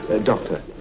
Doctor